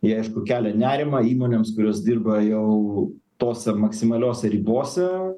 jie aišku kelia nerimą įmonėms kurios dirba jau tose maksimalios ribose